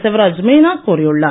சிவராஜ் மீனா கூறியுள்ளார்